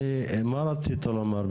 מה רצית לומר?